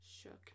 shook